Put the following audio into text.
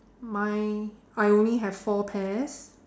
mine I only have four pears